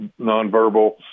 nonverbal